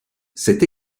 cette